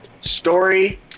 story